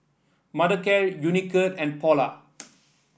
Mothercare Unicurd and Polar